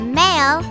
mail